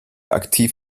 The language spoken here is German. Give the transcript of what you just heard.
aktiv